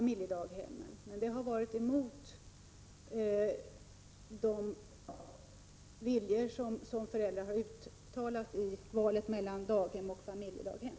Man har gått emot den vilja som föräldrarna har uttalat i valet mellan daghem och familjedaghem.